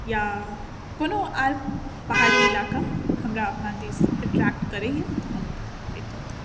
या कोनो आर पहाड़ी इलाका हमरा अपना दिस एट्रैक्ट करैया तऽ हम जैतहुँ